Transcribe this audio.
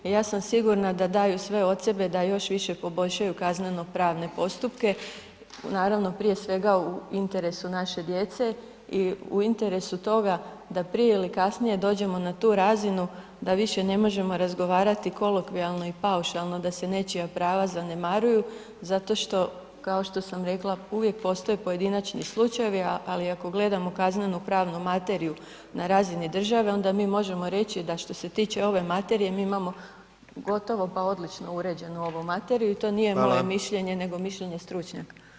I ja sam sigurna da daju sve od sebe da još više poboljšaju kazneno-pravne postupke, naravno prije svega u interesu naše djece i u interesu toga da prije ili kasnije dođemo na tu razinu da više ne možemo razgovarati kolokvijalno i paušalno da se nečija prava zanemaruju zato što kao što sam rekla uvijek postoje pojedinačni slučajevi, ali ako gledamo kazneno-pravnu materiju na razini države onda mi možemo reći da što se tiče ove materije mi imamo gotovo pa odlično uređeno ovu materiju [[Upadica: Hvala.]] i to nije moje mišljenje, nego mišljenje stručnjaka.